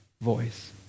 voice